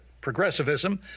progressivism